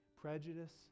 prejudice